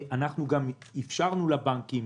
אנחנו גם אפשרנו לבנקים